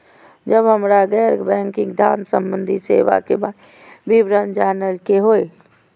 जब हमरा गैर बैंकिंग धान संबंधी सेवा के बारे में विवरण जानय के होय?